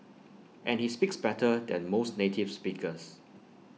and he speaks better than most native speakers